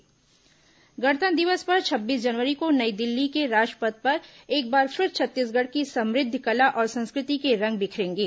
छत्तीसगढ़ झांकी गणतंत्र दिवस पर छब्बीस जनवरी को नई दिल्ली के राजपथ पर एक बार फिर छत्तीसगढ़ की समुद्व कला और संस्कृति के रंग बिखरेंगे